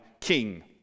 king